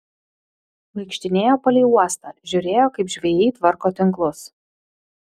vaikštinėjo palei uostą žiūrėjo kaip žvejai tvarko tinklus